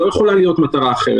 לא יכולה להיות מטרה אחרת.